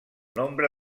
nombre